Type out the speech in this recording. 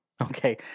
Okay